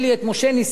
את משה נסים,